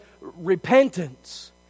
repentance